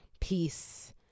peace